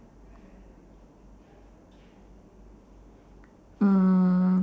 mm